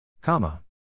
Comma